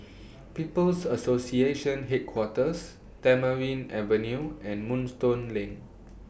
People's Association Headquarters Tamarind Avenue and Moonstone Lane